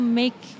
make